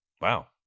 Wow